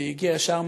שהגיעה ישר מהפרלמנט.